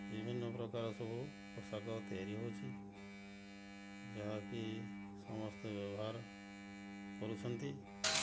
ବିଭିନ୍ନ ପ୍ରକାର ସବୁ ପୋଷାକ ତିଆରି ହେଉଛି ଯାହା କି ସମସ୍ତେ ବ୍ୟବହାର କରୁଛନ୍ତି